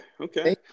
okay